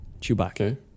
Chewbacca